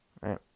right